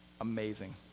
amazing